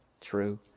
true